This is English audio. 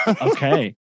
Okay